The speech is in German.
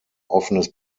offenes